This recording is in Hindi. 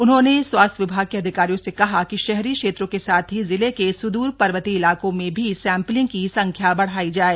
उन्होंने स्वास्थ्य विभाग के अधिकारियों से कहा कि शहरी क्षेत्रों के साथ ही जिले के स्दूर पर्वतीय इलाकों में भी सैम्पलिंग की संख्या बढ़ाई जाए